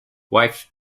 wife